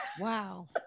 Wow